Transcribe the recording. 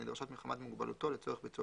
הנדרשות מחמת מוגבלותו לצורך ביצוע